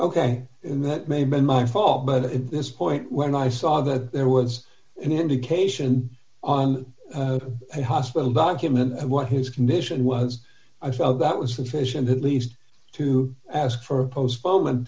in that may have been my fault but at this point when i saw that there was an indication on a hospital document what his condition was i felt that was sufficient at least to ask for a postponement